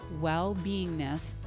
well-beingness